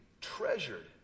treasured